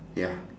ya